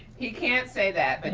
he can't say that. but